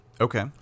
Okay